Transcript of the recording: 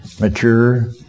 mature